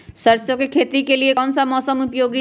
सरसो की खेती के लिए कौन सा मौसम उपयोगी है?